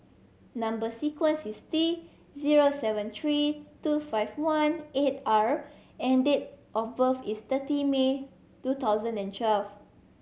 number sequence is T zero seven three two five one eight R and date of birth is thirty May two thousand and twelve